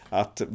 att